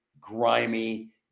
Grimy